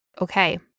okay